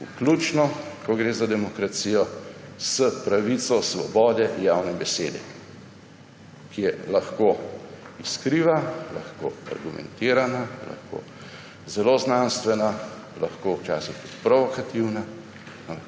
Vključno, ko gre za demokracijo, s pravico svobode javne besede, ki je lahko iskriva, argumentirana, lahko zelo znanstvena, lahko včasih tudi provokativna,